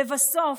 לבסוף,